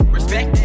respect